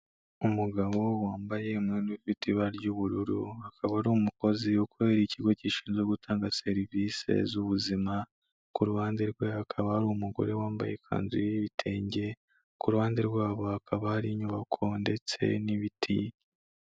Umugabo wambaye umwenda ufite ibara ry'ubururu akaba ari umukozikorera w'ikigo gishinzwe gutanga serivisi z'ubuzima. k'uruhande rwe akaba ari umugore wambaye ikanzu y'ibitenge k'uruhande rwabo hakaba hari inyubako ndetse n'ibiti.